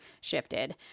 shifted